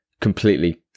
completely